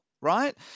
right